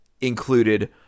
included